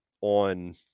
on